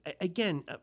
again